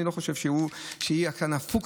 אני לא חושב שהיא הפונקציה,